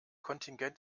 kontingent